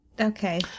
okay